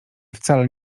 wcale